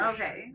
Okay